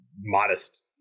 modest